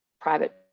private